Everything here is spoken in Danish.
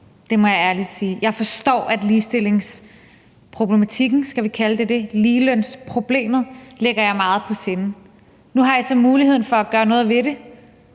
det må jeg ærligt sige. Jeg forstår, at ligestillingsproblematikken, skal vi kalde det det – ligelønsproblemet – ligger jer meget på sinde. Nu har I så muligheden for at gøre noget ved det